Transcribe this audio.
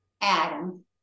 adam